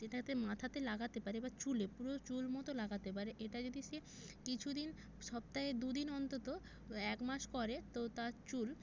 সেটাতে মাথাতে লাগাতে পারে বা চুলে পুরো চুল মতো লাগাতে পারে এটা যদি সে কিছু দিন সপ্তাহে দুদিন অন্তত একমাস করে তো তার চুল